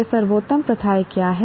ये सर्वोत्तम प्रथाएं क्या हैं